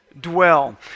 dwell